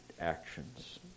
actions